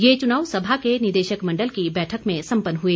ये चुनाव सभा के निदेशक मण्डल की बैठक में सम्पन्न हुए